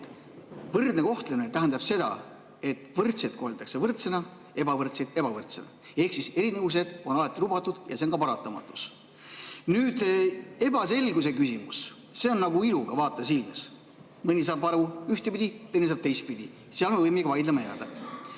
võrdne kohtlemine tähendab seda, et võrdseid koheldakse võrdselt, ebavõrdseid ebavõrdselt. Ehk siis erinevused on alati lubatud ja see on ka paratamatus. Nüüd, ebaselguse küsimus, see on nagu ilu vaataja silmades, mõni saab aru ühtepidi, teine saab teistpidi, seal me võimegi vaidlema jääda.